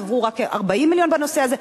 עברו רק 40 מיליון בנושא הזה.